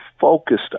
focused